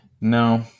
No